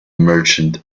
merchant